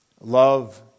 Love